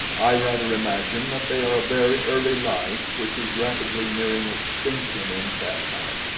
i rather imagine that they are a very early life which is rapidly nearing extinction in caspak,